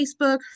Facebook